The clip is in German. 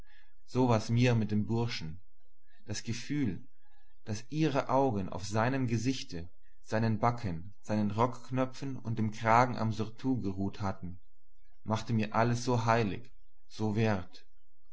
so war mir's mit dem burschen das gefühl daß ihre augen auf seinem gesichte seinen backen seinen rockknöpfen und dem kragen am surtout geruht hatten machte mir das alles so heilig so wert